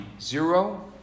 zero